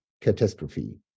catastrophe